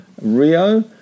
Rio